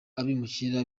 abimukira